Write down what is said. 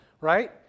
right